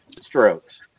strokes